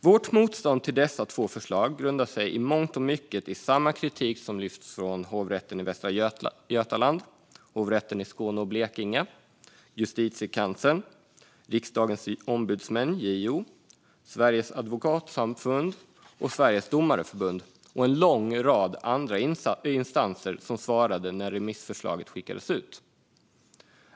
Vårt motstånd mot dessa två förslag grundar sig i mångt och mycket i samma kritik som lyfts fram av Hovrätten för Västra Sverige, Hovrätten över Skåne och Blekinge, Justitiekanslern, Riksdagens ombudsmän, JO, Sveriges advokatsamfund, Sveriges Domareförbund och en lång rad andra instanser som svarade när remissförslaget skickades ut.